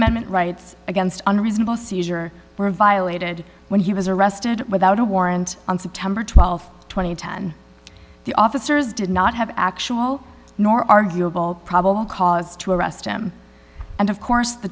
amendment rights against unreasonable seizure were violated when he was arrested without a warrant on september th two thousand and ten the officers did not have actual nor arguable probable cause to arrest him and of course the